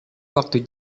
waktu